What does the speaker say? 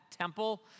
temple